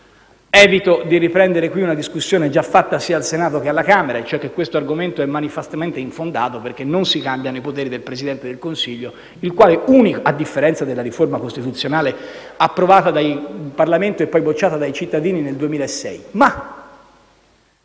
Evito di riprendere qui una discussione già fatta sia al Senato che alla Camera, e cioè che questo argomento è manifestamente infondato perché non si cambiano i poteri del Presidente del Consiglio, a differenza della riforma costituzionale approvata dal Parlamento e poi bocciata dai cittadini nel 2006.